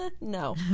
no